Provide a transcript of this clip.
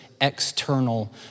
external